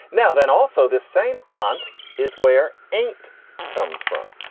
now then, also this same aunt is where eight comes from.